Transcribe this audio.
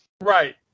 Right